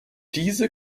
diese